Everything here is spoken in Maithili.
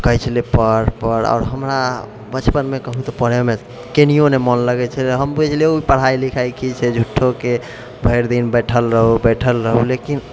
कहै छलय पढ़ पढ़ आओर हमरा बचपन मे कहू तऽ पढ़य मे कनियो नहि मोन लगै छलय हम बुझलहुॅं पढ़ाइ लिखाइ की छै झूठो के भरि दिन बैठल रहू बैठल रहू लेकिन